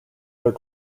their